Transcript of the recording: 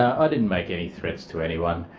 i didn't make any threats to anyone.